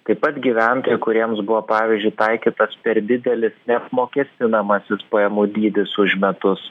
taip pat gyventojai kuriems buvo pavyzdžiui taikytas per didelis neapmokestinamasis pajamų dydis už metus